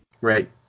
right